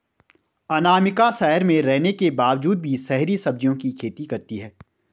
अनामिका शहर में रहने के बावजूद भी शहरी सब्जियों की खेती करती है